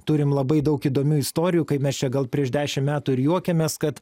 turim labai daug įdomių istorijų kai mes čia gal prieš dešimt metų ir juokiamės kad